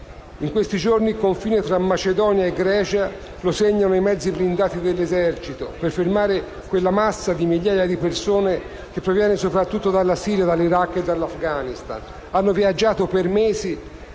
In questi giorni il confine tra Macedonia e Grecia è segnato dai mezzi blindati dell'esercito per fermare quella massa di migliaia di persone che proviene soprattutto dalla Siria, dall'Iraq e dall'Afghanistan; persone che hanno viaggiato per mesi,